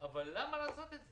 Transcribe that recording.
אבל למה לעשות את זה?